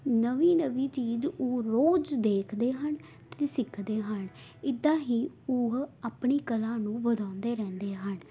ਨਵੀਂ ਨਵੀਂ ਚੀਜ਼ ਉਹ ਰੋਜ਼ ਦੇਖਦੇ ਹਨ ਅਤੇ ਸਿੱਖਦੇ ਹਨ ਇੱਦਾਂ ਹੀ ਉਹ ਆਪਣੀ ਕਲਾ ਨੂੰ ਵਧਾਉਂਦੇ ਰਹਿੰਦੇ ਹਨ